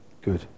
Good